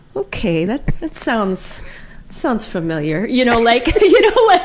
okay, that sounds sounds familiar. you know like, and you know, like